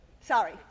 Sorry